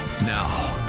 now